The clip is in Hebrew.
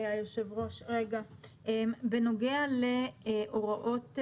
בנוגע להוראות,